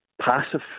passive